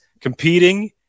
competing